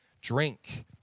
drink